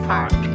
Park